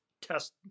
test